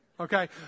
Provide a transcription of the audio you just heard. Okay